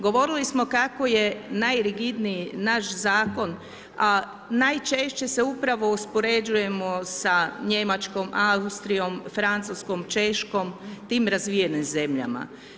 Govorili smo kako je najrigidniji naš zakon a najčešće se upravo uspoređujemo sa Njemačkom, Austrijom, Francuskom, Češkom, tim razvijenim zemljama.